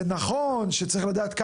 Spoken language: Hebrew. זה נכון שצריך לדעת,